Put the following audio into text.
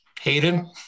Hayden